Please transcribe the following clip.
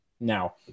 Now